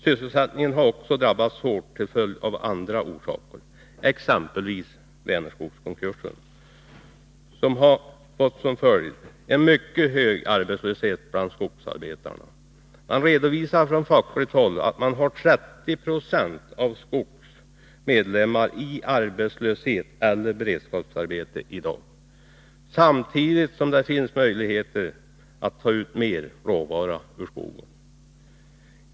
Sysselsättningen har också drabbats hårt av andra orsaker, exempelvis Vänerskogskonkursen, som har fått till följd en mycket hög arbetslöshet bland skogsarbetarna. Man redovisar från fackligt håll att 30 26 av Skogs medlemmar är i arbetslöshet eller beredskapsarbete i dag, samtidigt som det finns möjligheter att ta ut mera råvara ur skogen.